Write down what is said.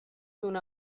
una